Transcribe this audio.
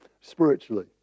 spiritually